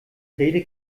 rede